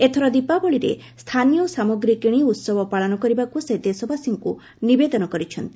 ଏଥର ଦୀପାବଳିରେ ସ୍ଥାନୀୟ ସାମଗ୍ରୀ କିଣି ଉତ୍ସବ ପାଳନ କରିବାକୁ ସେ ଦେଶବାସୀଙ୍କୁ ନିବେଦନ କରିଛନ୍ତି